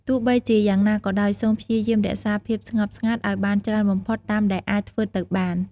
ទោះបីជាយ៉ាងណាក៏ដោយ សូមព្យាយាមរក្សា ភាពស្ងប់ស្ងាត់ ឲ្យបានច្រើនបំផុតតាមដែលអាចធ្វើទៅបាន។